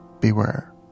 beware